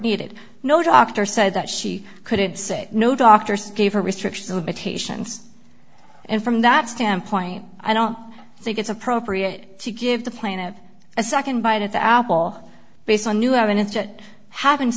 needed no doctor said that she couldn't say no doctors gave her restrictions of potations and from that standpoint i don't think it's appropriate to give the planet a second bite at the apple based on new evidence that happens